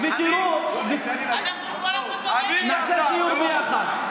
נעשה סיור ביחד.